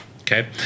Okay